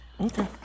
Okay